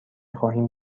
خواهیم